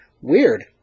Weird